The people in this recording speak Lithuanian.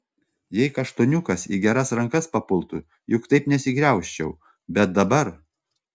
jei kaštoniukas į geras rankas papultų juk taip nesigraužčiau bet dabar